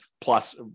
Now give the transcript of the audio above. plus